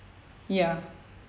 ya